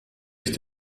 ich